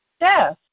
Yes